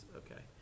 okay